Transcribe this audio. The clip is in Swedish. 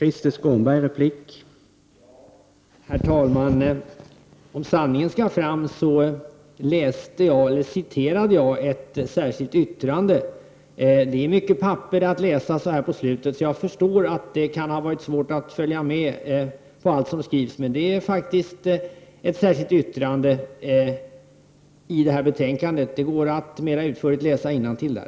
Herr talman! Om sanningen skall fram citerade jag ett särskilt yttrande. Det är mycket papper att läsa så här på slutet. Jag förstår att det kan ha varit svårt att följa med i allt som skrivs. Men det är faktiskt ett särskilt yttrande i betänkandet. Det går att läsa innantill där.